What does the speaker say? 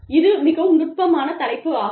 இது மிகவும் நுட்பமான தலைப்பு ஆகும்